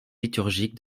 liturgiques